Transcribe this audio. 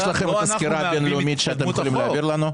יש לכם את הסקירה הבינלאומית שאתם יכולים להעביר לנו?